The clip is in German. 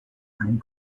ein